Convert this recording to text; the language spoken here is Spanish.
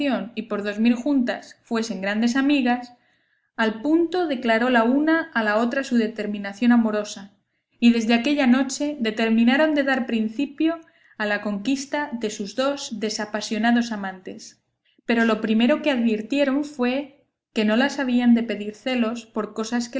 y por dormir juntas fuesen grandes amigas al punto declaró la una a la otra su determinación amorosa y desde aquella noche determinaron de dar principio a la conquista de sus dos desapasionados amantes pero lo primero que advirtieron fue en que les habían de pedir que no las habían de pedir celos por cosas